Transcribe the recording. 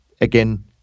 again